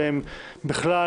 ובכלל